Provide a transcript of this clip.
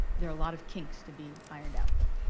there are a lot of kinks to be ironed out, though.